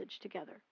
together